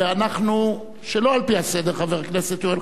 שלא על-פי הסדר, חבר הכנסת יואל חסון,